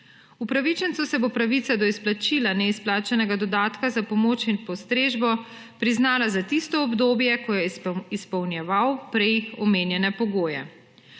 otroka. Upravičencu se bo pravica do izplačila neizplačanega dodatka za pomoč in postrežbo priznala za tisto obdobje, ko je izpolnjeval prej omenjene pogoje.